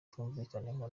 tubyumvikaneho